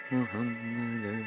Muhammad